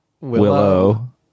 willow